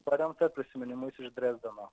paremtą prisiminimais iš drezdeno